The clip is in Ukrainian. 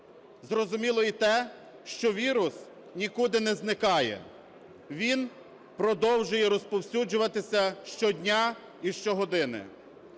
Зрозуміло і те, що вірус нікуди не зникає, він продовжує розповсюджуватися щодня і щогодини.